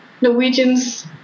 Norwegians